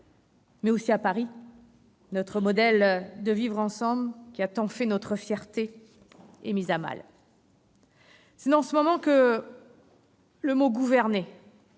Paris, aujourd'hui, notre modèle de vivre-ensemble, qui a tant fait notre fierté, est mis à mal. C'est dans ces moments que le mot « gouverner »